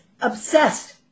obsessed